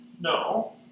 No